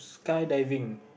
skydiving